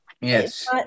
Yes